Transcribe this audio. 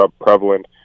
prevalent